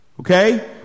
Okay